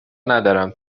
ندارم